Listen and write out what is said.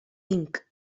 inc